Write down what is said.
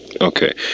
okay